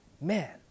Man